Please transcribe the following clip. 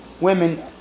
women